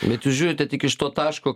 bet jūs žiūrite tik iš to taško